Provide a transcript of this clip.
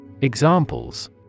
Examples